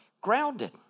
grounded